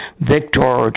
Victor